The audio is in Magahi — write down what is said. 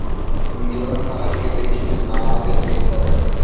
मिजोरम का राजकीय वृक्ष नागकेसर हई